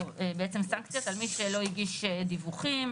בעצם סנקציות על מי שלא הגיש דיווחים.